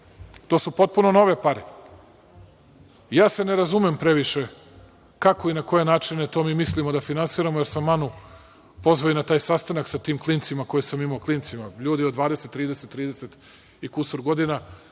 To su potpuno nove pare. Ne razumem se previše kako i na koje načine to mi mislimo da finansiramo, jer sam Anu pozvao i na taj sastanak sa tim klincima koje sam imao, klinicima, ljudi od 20, 30 i 30 i kusur godina,